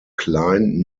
klein